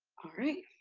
alright,